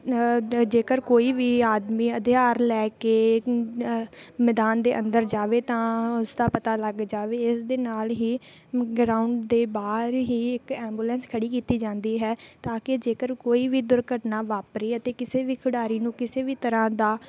ਜੇਕਰ ਕੋਈ ਵੀ ਆਦਮੀ ਹਥਿਆਰ ਲੈ ਕੇ ਮੈਦਾਨ ਦੇ ਅੰਦਰ ਜਾਵੇ ਤਾਂ ਉਸਦਾ ਪਤਾ ਲੱਗ ਜਾਵੇ ਇਸ ਦੇ ਨਾਲ ਹੀ ਗਰਾਊਂਡ ਦੇ ਬਾਹਰ ਹੀ ਇੱਕ ਐਂਬੂਲੈਂਸ ਖੜ੍ਹੀ ਕੀਤੀ ਜਾਂਦੀ ਹੈ ਤਾਂ ਕਿ ਜੇਕਰ ਕੋਈ ਵੀ ਦੁਰਘਟਨਾ ਵਾਪਰੀ ਅਤੇ ਕਿਸੇ ਵੀ ਖਿਡਾਰੀ ਨੂੰ ਕਿਸੇ ਵੀ ਤਰ੍ਹਾਂ ਦਾ